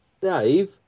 Dave